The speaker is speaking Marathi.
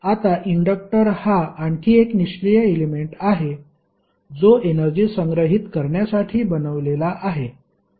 आता इंडक्टर हा आणखी एक निष्क्रीय एलेमेंट आहे जो एनर्जी संग्रहित करण्यासाठी बनवलेला आहे